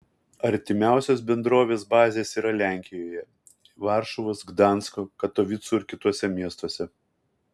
artimiausios bendrovės bazės yra lenkijoje varšuvos gdansko katovicų ir kituose miestuose